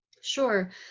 sure